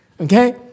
Okay